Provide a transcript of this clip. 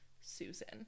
susan